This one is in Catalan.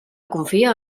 confia